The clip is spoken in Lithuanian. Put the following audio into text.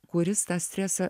kuris tą stresą